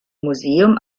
museum